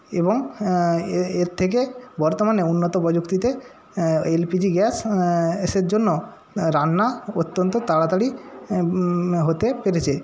এবং এর থেকে বর্তমানে উন্নত পযুক্তিতে এলপিজি গ্যাস গ্যাসের জন্য রান্না অত্যন্ত তাড়াতাড়ি হতে পেরেছে